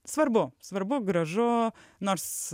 svarbu svarbu gražu nors